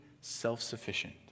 self-sufficient